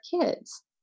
kids